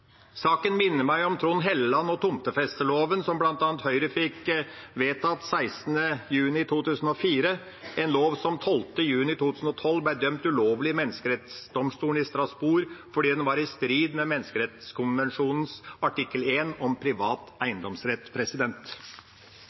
Saken minner meg om Trond Helleland og tomtefesteloven, som bl.a. Høyre fikk vedtatt 16. juni 2004, en lov som 12. juni 2012 ble dømt ulovlig i Menneskerettsdomstolen i Strasbourg fordi den var i strid med menneskerettskonvensjonens artikkel 1 om privat eiendomsrett.